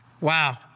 Wow